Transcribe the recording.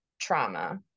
trauma